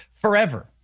forever